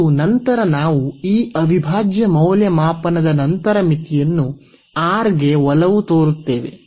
ಮತ್ತು ನಂತರ ನಾವು ಈ ಅವಿಭಾಜ್ಯ ಮೌಲ್ಯಮಾಪನದ ನಂತರ ಮಿತಿಯನ್ನು R ಗೆ ಒಲವು ತೋರುತ್ತೇವೆ